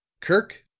kirk,